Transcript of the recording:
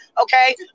Okay